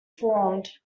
formed